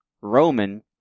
Roman